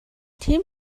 тийм